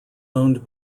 owned